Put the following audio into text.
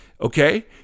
Okay